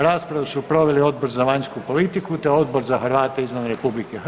Raspravu su proveli Odbor za vanjsku politiku te Odbor za Hrvate izvan RH.